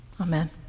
Amen